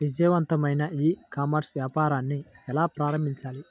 విజయవంతమైన e commerce వ్యాపారాన్ని ఎలా ప్రారంభించాలి?